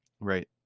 Right